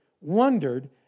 wondered